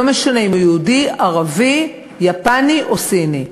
לא משנה אם הוא יהודי, ערבי, יפני או סיני.